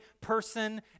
person